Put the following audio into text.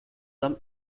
some